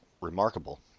remarkable